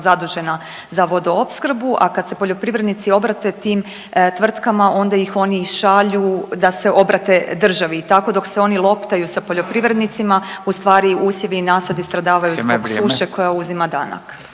zadužena za vodoopskrbu, a kad se poljoprivrednici obrate tim tvrtkama onda ih oni šalju da se obrate državi. I tako dok se oni loptaju sa poljoprivrednicima ustvari usjevi i nasadi stradavaju …/Upadica: